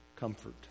comfort